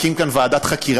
הוא הקים כאן ועדת חקירה,